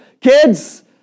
kids